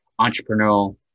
entrepreneurial